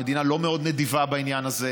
המדינה לא מאוד נדיבה בעניין הזה.